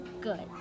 good